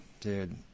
dude